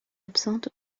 absente